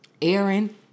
Aaron